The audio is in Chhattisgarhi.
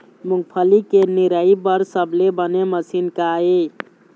मूंगफली के निराई बर सबले बने मशीन का ये?